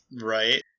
Right